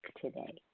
today